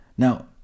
Now